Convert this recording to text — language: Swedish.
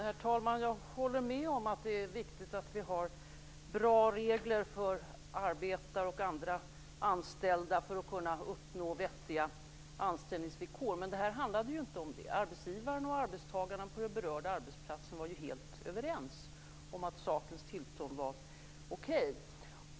Herr talman! Jag håller med om att det är viktigt att vi har bra regler för arbetare och andra anställda för att kunna uppnå vettiga anställningsvillkor. Men det här handlade ju inte om det. Arbetsgivaren och arbetstagarna på den berörda arbetsplatsen var helt överens om att sakernas tillstånd var okej.